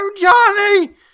Johnny